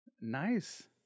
Nice